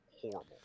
horrible